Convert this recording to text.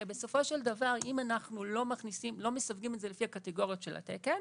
הרי בסופו של דבר אם אנחנו לא מסווגים את זה לפי הקטגוריות של התקן,